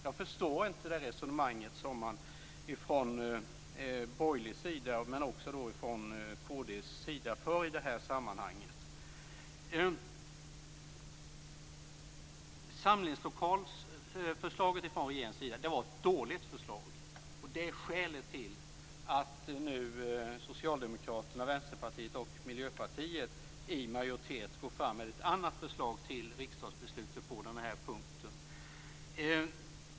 Jag förstår inte det resonemanget som man från borgerlig sida, också från kd:s sida, för i det här sammanhanget. Regeringens förslag i fråga om samlingslokalerna var dåligt. Det är skälet till att nu Socialdemokraterna, Vänsterpartiet och Miljöpartiet i majoritet går fram med ett annat förslag till riksdagsbeslut på den här punkten.